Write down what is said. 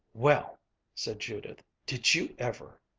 well said judith, did you ever!